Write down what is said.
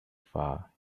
far